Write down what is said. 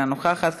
אינה נוכחת,